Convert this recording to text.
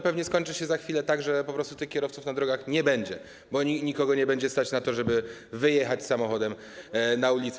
Pewnie skończy się za chwilę tak, że po prostu kierowców na drogach nie będzie, bo nikogo nie będzie stać na to, żeby wyjechać samochodem na ulicę.